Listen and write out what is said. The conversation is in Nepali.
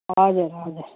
हजुर हजुर